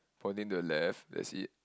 pointing to the left that's it